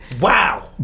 Wow